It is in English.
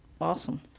awesome